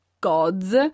gods